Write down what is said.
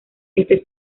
este